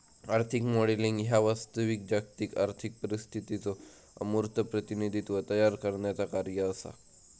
आर्थिक मॉडेलिंग ह्या वास्तविक जागतिक आर्थिक परिस्थितीचो अमूर्त प्रतिनिधित्व तयार करण्याचा कार्य असा